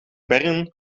bern